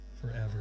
forever